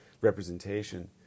representation